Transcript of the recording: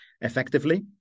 effectively